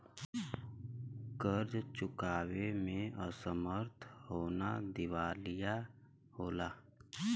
कर्ज़ चुकावे में असमर्थ होना दिवालिया होला